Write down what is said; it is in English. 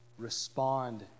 respond